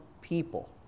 people